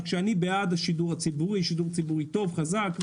אני בעד השידור הציבורי, שידור ציבורי טוב, חזק.